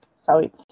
Sorry